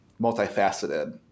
multifaceted